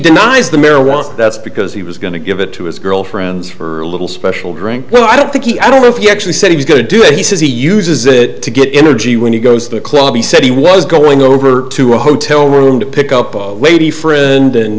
denies the marijuana that's because he was going to give it to his girlfriends for a little special drink well i don't i don't know if you actually said he was going to do it he says he uses it to get energy when you go to the club he said he was going over to a hotel room to pick up a lady friend and